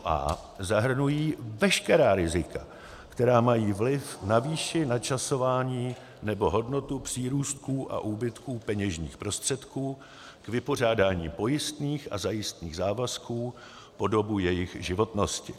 a) zahrnují veškerá rizika, která mají vliv na výši, načasování nebo hodnotu přírůstků a úbytků peněžních prostředků k vypořádání pojistných a zajistných závazků po dobu jejich životnosti.